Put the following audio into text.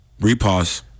Repause